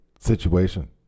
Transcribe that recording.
situation